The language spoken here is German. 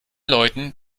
leuten